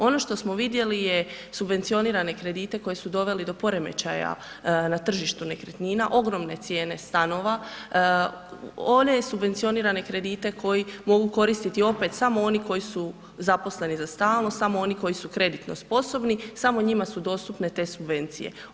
Ono što smo vidjeli je subvencionirane kredite koji su doveli do poremećaja na tržištu nekretnina, ogromne cijene stanove, one subvencionirane kredite koji mogu koristiti opet samo oni koji su zaposleni za stalno, samo oni koji su kreditno sposobni, samo njima su dostupne te subvencije.